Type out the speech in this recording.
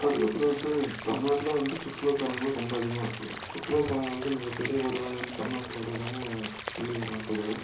அதுக்கப்புறம் வந்து தமிழ்நாட்டுல வந்து சுற்றுலா தலங்களும் ரொம்ப அதிகமாக சுற்றுலா தலங்களினாலே மிகப்பெரிய வருவாய் வந்து தமிழ்நாட்டுக்கு வருவதாக புள்ளி விவரம் சொல்லுது